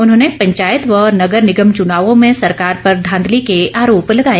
उन्होंने पंचायत व नगर निगम चुनावों में सरकार पर धांधली के आरोप लगाए